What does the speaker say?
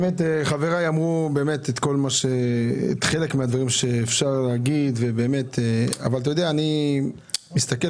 חבריי אמרו חלק מהדברים שאפשר להגיד אבל אני מסתכל